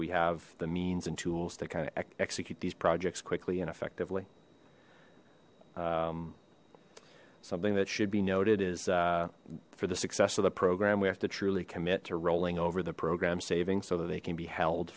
we have the means and tools to kind of execute these projects quickly and effectively something that should be noted is for the success of the program we have to truly commit to rolling over the program savings so that they can be held